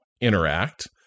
interact